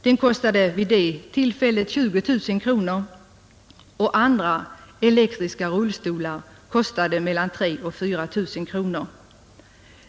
Den kostade vid det tillfället 20 000 kronor, och andra elektriska rullstolar kostade mellan 3 000 och 4 000 kronor.